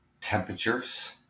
Temperatures